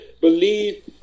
believe